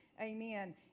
amen